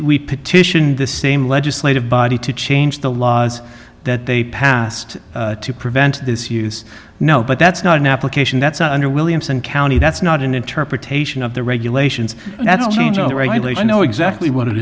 we petition the same legislative body to change the laws that they passed to prevent this use now but that's not an application that's under williamson county that's not an interpretation of the regulations regulation know exactly what it